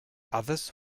others